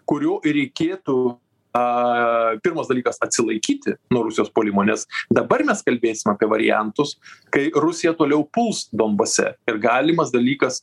kurio ir reikėtų a pirmas dalykas atsilaikyti nuo rusijos puolimo nes dabar mes kalbėsim apie variantus kai rusija toliau puls donbase ir galimas dalykas